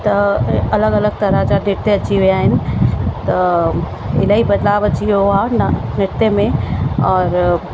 अलॻि अलॻि तरहा जा नृत्य अची विया आहिनि त इलाही बदलाव अची वियो आहे डा नृत्य में और